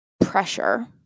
pressure